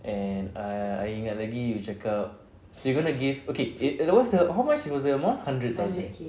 and err I ingat lagi you cakap you're going to give okay what's the how much was the amount hundred thousand